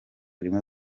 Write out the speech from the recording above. rimwe